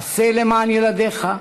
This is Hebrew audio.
עשה למען ילדיך,